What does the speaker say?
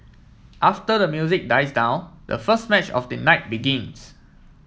after the music dies down the first match of the night begins